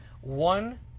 one